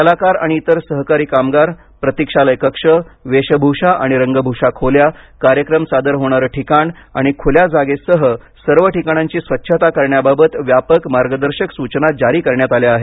कलाकार आणि इतर सहकारी कामगार प्रतीक्षालय कक्ष वेशभूषा आणि रंगभूषा खोल्या कार्यक्रम सादर होणारे ठिकाण आणि खुल्या जागेसह सर्व ठिकाणांची स्वच्छता करण्याबाबत व्यापक मार्गदर्शक सूचना जारी करण्यात आल्या आहेत